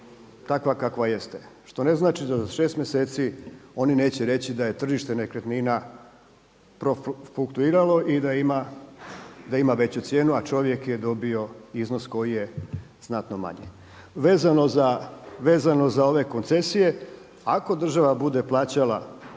takva kakva jeste što ne znači da za šest mjeseci oni neće reći da je tržište nekretnina profluktuiralo i da ima veću cijenu, a čovjek je dobio iznos koji je znatno manji. Vezano za ove koncesije. Ako država bude plaćala